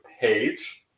page